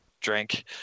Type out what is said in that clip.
drink